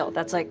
that's, like,